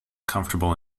comfortable